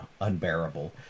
unbearable